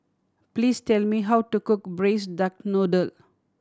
please tell me how to cook Braised Duck Noodle